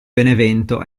benevento